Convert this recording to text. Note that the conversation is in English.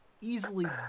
easily